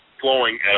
flowing